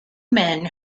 men